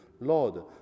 Lord